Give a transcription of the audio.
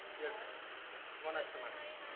yes one extra mattress.